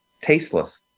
tasteless